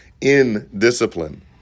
indiscipline